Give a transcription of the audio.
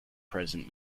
present